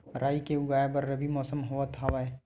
राई के उगाए बर रबी मौसम होवत हवय?